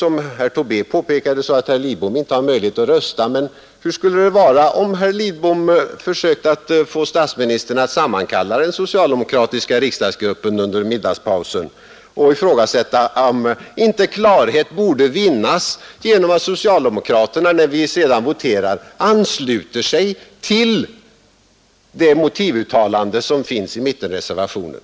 Som herr Tobé påpekade, har herr Lidbom inte möjlighet att delta i omröstningen, men hur skulle det vara om herr Lidbom försökte få statsministern att sammankalla den socialdemokratiska riksdagsgruppen under middagspausen och ifrågasätta om inte klarhet borde vinnas genom att socialdemokraterna vid voteringen ansluter sig till det motivuttalande som finns i mittenreservationen?